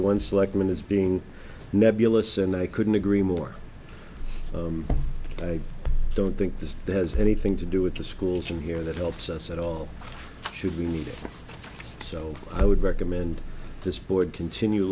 one selectman as being nebulous and i couldn't agree more i don't think this has anything to do with the schools in here that helps us at all should we need it so i would recommend this board continue